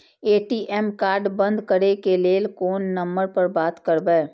ATM card बंद करे के लेल कोन नंबर पर बात करबे?